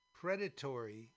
predatory